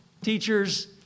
teachers